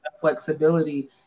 flexibility